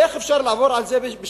איך אפשר לעבור על זה בשתיקה?